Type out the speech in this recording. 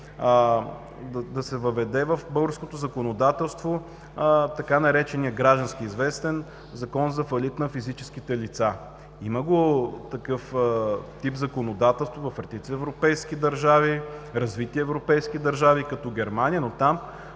Да се въведе в българското законодателство така нареченият, граждански известен, „Закон за фалит на физическите лица“. Има такъв тип законодателство в редица развити европейски държави, като Германия, но там